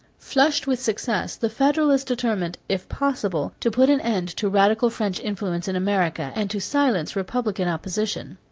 flushed with success, the federalists determined, if possible, to put an end to radical french influence in america and to silence republican opposition.